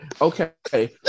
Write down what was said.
okay